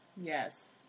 Yes